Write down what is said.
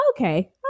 Okay